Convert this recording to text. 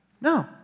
No